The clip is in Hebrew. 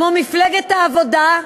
כמו מפלגת העבודה,